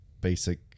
basic